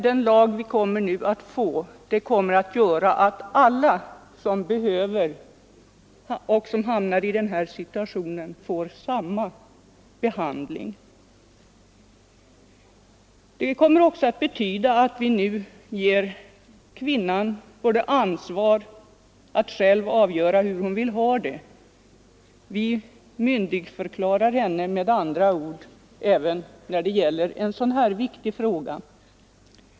Den lag vi nu får kommer att medföra att alla som hamnar i en abortsituation får samma behandling. Vi ger nu kvinnan ansvar att själv avgöra hur hon vill ha det, vi myndigförklarar henne med andra ord även när det gäller ett så viktigt avgörande som detta.